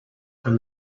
from